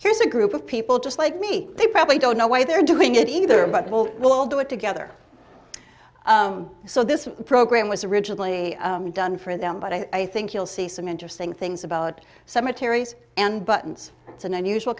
here's a group of people just like me they probably don't know why they're doing it either but we'll all do it together so this program was originally done for them but i think you'll see some interesting things about summer terry's and buttons it's an unusual